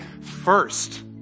first